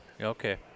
okay